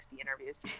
interviews